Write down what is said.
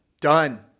Done